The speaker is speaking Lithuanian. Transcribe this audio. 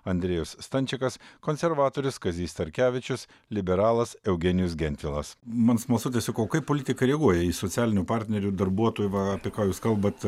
andrejus stančikas konservatorius kazys starkevičius liberalas eugenijus gentvilas man smalsu sakau kaip politikai reaguoja į socialinių partnerių darbuotojų va ką jūs kalbat